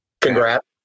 Congrats